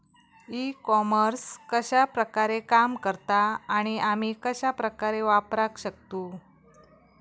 E commerce कश्या प्रकारे काम करता आणि आमी कश्या प्रकारे वापराक शकतू?